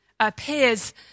appears